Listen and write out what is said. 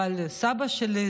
סבא שלי,